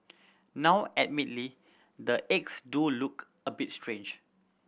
now admittedly the eggs do look a bit strange